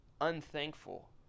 unthankful